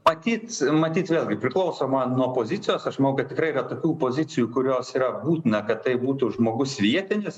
matyt matyt vėlgi priklausoma nuo opozicijos žmogui tikrai yra tokių pozicijų kurios yra būtina kad tai būtų žmogus vietinis